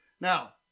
Now